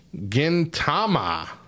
Gintama